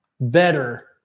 better